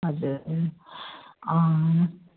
हजुर